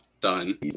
done